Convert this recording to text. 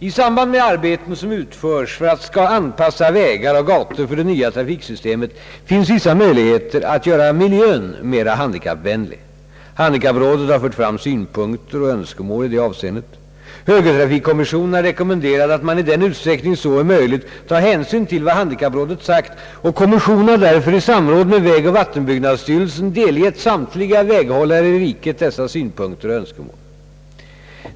I samband med arbeten som utförs för att anpassa vägar och gator för det nya trafiksystemet finns vissa möjligheter att göra miljön mera handikapp vänlig. Handikapprådet har fört fram synpunkter och önskemål i det avseendet. Högertrafikkommissionen har rekommenderat att man i den utsträckning så är möjligt tar hänsyn till vad handikapprådet sagt, och kommissionen har därför i samråd med vägoch vattenbyggnadsstyrelsen delgett samtliga väghållare i riket dessa synpunkter och önskemål.